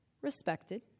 respected